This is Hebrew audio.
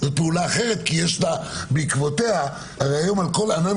זה פעולה אחרת כי הרי היום על כל ענן